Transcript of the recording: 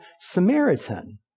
Samaritan